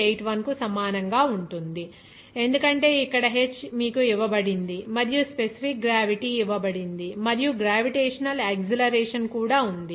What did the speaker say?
81 కు సమానంగా ఉంటుంది ఎందుకంటే ఇక్కడ h మీకు ఇవ్వబడింది మరియు స్పెసిఫిక్ గ్రావిటీ ఇవ్వబడింది మరియు ఈ గ్రావిటేషనల్ యాక్సిలరేషన్ కూడా ఉంది